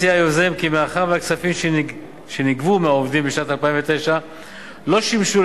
היוזם מציע כי מאחר שהכספים שנגבו מהעובדים בשנת 2009 לא שימשו,